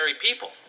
people